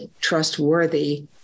trustworthy